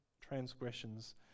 transgressions